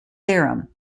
theorem